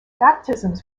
baptisms